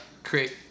create